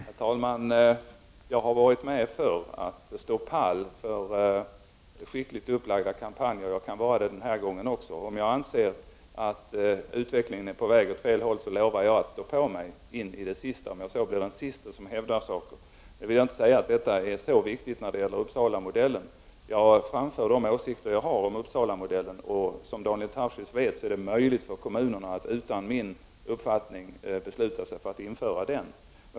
Herr talman! Jag har varit med förr om att stå pall för skickligt upplagda kampanjer. Jag kan göra det den här gången också. Om jag anser att utvecklingen är på väg åt fel håll, lovar jag att stå på mig in i det sista, om jag så blir den siste som hävdar den åsikten. Nu vill jag inte säga att Uppsalamodellen är så viktig. Jag framför de åsikter jag har om Uppsalamodellen. Som Daniel Tarschys vet är det möjligt för kommunerna att utan min uppfattning besluta sig för att införa den.